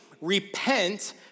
repent